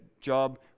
Job